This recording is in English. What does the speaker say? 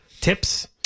tips